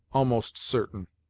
almost certain.